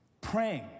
Praying